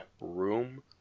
room